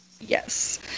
Yes